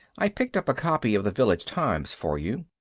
i picked up a copy of the village times for you.